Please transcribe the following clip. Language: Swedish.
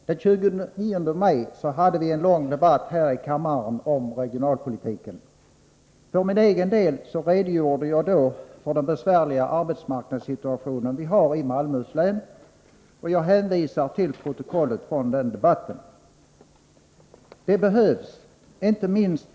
Herr talman! Jag har ingen motion att hänvisa till, men jag kommer från den kommun som i utskottsbetänkandet och i budgetpropositionen förordas som lokaliseringsort för den nya inskrivningsmyndigheten för företagsinteckningar. Skälet för denna lokalisering anges också i utskottsbetänkandet.